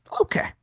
Okay